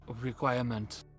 requirement